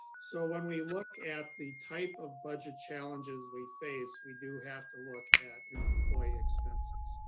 so when we look at the type of budget challenges we face, we do have to look at employee expenses.